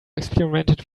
experimented